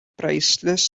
priceless